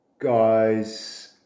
guys